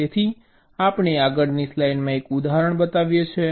તેથી આપણે આગળની સ્લાઇડમાં એક ઉદાહરણ બતાવીએ છીએ